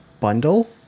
bundle